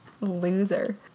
Loser